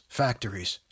factories